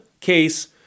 case